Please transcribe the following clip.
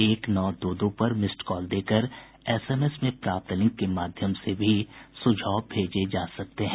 एक नौ दो दो पर मिस्ड कॉल देकर एसएमएस में प्राप्त लिंक के माध्यम से भी सुझाव भेजे जा सकते हैं